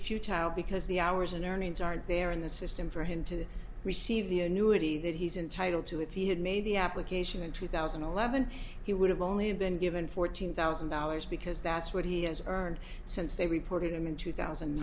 futile because the hours and earnings aren't there in the system for him to receive the annuity that he's entitled to if he had made the application in two thousand and eleven he would have only been given fourteen thousand dollars because that's what he has earned since they reported him in two thousand